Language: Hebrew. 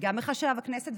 וגם מחשב הכנסת,